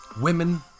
women